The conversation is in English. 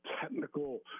technical